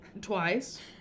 twice